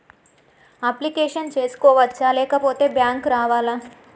Application చేసుకోవచ్చా లేకపోతే bank రావాలా?